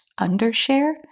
undershare